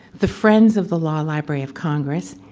the friends of the law library of congress,